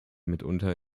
mitunter